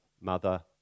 mother